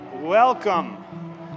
Welcome